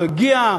לא הגיע,